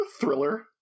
thriller